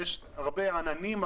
יש הרבה עננים,